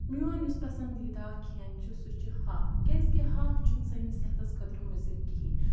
میون یُس پَسَندیٖدہ کھیٚن چھُ سُہ چھُ ہاکھ کیازِ کہِ ہاکھ چھُنہٕ سٲنِس صحتَس خٲطرٕ مُضِر کِہیٖنۍ